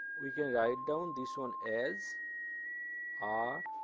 we can write down this one as r